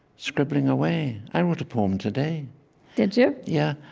scribbling away. i wrote a poem today did you? yeah.